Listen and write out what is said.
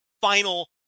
final